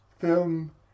film